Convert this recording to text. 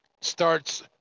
starts